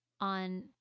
on